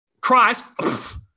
Christ